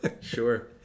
sure